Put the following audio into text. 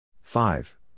five